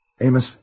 Amos